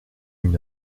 une